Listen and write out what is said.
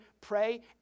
pray